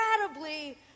incredibly